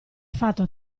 fatto